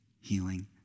healing